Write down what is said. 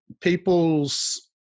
people's